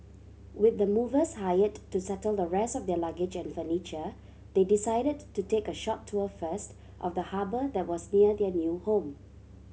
with the movers hired to settle the rest of their luggage and furniture they decided to take a short tour first of the harbour that was near their new home